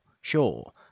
sure